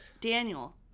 Daniel